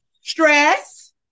Stress